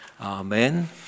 Amen